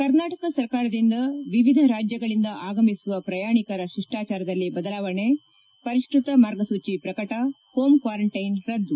ಕರ್ನಾಟಕ ಸರ್ಕಾರದಿಂದ ವಿವಿಧ ರಾಜ್ಯಗಳಿಂದ ಆಗಮಿಸುವ ಪ್ರಯಾಣಿಕರ ಶಿಷ್ಪಾಚಾರದಲ್ಲಿ ಬದಲಾವಣೆ ಪರಿಷ್ತತ ಮಾರ್ಗಸೂಚಿ ಪ್ರಕಟ ಹೋಂ ಕಾರಂಟೈನ್ ರದ್ನು